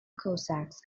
cossacks